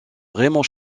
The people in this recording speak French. raymond